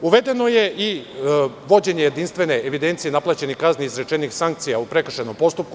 Uvedeno je i vođenje jedinstvene evidencije naplaćenih kazni izrečenih sankcija u prekršajnom postupku.